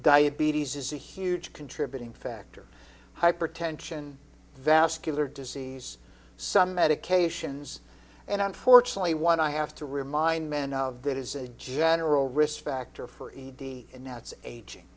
diabetes is a huge contributing factor hypertension vascular disease some medications and unfortunately one i have to remind men of that is a general risk factor for e d and now it's aging